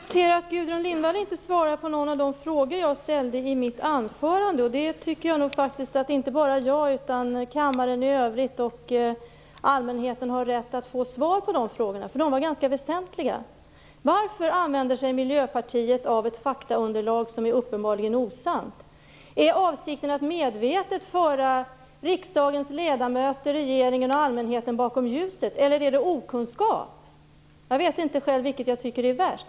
Herr talman! Jag noterar att Gudrun Lindvall inte svarar på någon enda av de frågor som jag ställde i mitt huvudanförande. Inte bara jag utan också kammaren i övrigt och allmänheten har väl rätt att få svar på frågor av det slag som jag ställde, för de är ganska väsentliga. Varför använder sig Miljöpartiet av ett faktaunderlag som uppenbarligen är osant? Är avsikten att medvetet föra riksdagens ledamöter, regeringen och allmänheten bakom ljuset, eller handlar det om okunskap? Jag vet inte vad jag själv tycker är värst.